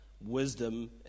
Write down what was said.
wisdom